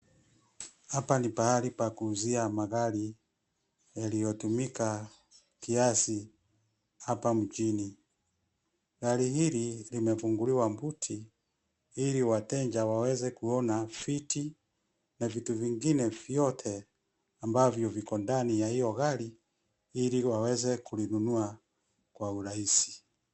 Hapa ni pahali pa kuuzia magari yaliyotumika kiasi hapa mjini. Gari hili limefunguliwa buti ili wateja waweze kuona viti na vitu vingine vyote ambavyo viko ndani ya hilo gari ili waweze kulinunua kwa urahisi.